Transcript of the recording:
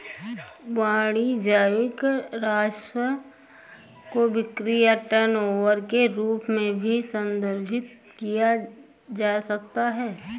वाणिज्यिक राजस्व को बिक्री या टर्नओवर के रूप में भी संदर्भित किया जा सकता है